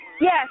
Yes